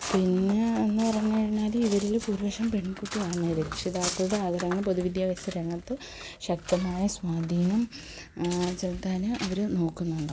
പിന്നെ എന്ന് പറഞ്ഞുകഴിഞ്ഞാല് ഇവരില് ഭൂരിപക്ഷം പെൺകുട്ടികളാണേല് രക്ഷിതാക്കളുടെ ആഗ്രഹങ്ങള് പൊതുവിദ്യാഭ്യാസ രംഗത്ത് ശക്തമായ സ്വാധീനം ചെലുത്താന് അവര് നോക്കുന്നുണ്ട്